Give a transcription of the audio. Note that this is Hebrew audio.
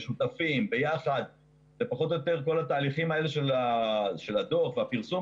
מפגשים משותפים כל תהליכים של הדוח והפרסום